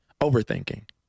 Overthinking